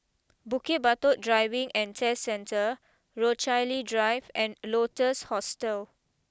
Bukit Batok Driving and Test Centre Rochalie Drive and Lotus Hostel